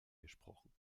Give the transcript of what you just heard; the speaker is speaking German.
gesprochen